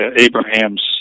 Abraham's